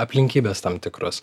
aplinkybės tam tikros